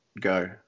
go